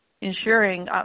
ensuring